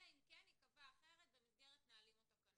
אלא אם כן ייקבע אחרת במסגרת נהלים או תקנות.